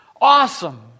awesome